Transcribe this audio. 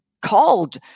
called